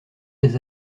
des